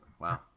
Wow